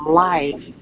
life